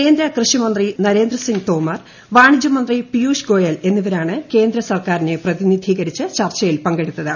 കേന്ദ്ര കൃഷി മന്ത്രി നരേന്ദ്രസിങ്ങ് തോമർ വാണിജ്യ മന്ത്രി പീയുഷ് ഗോയൽ എന്നിവരാണ് കേന്ദ്ര സർക്കാരിനെ പ്രതിനിധീകരിച്ച് ചർച്ചയിൽ പങ്കെടുത്തത്